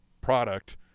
product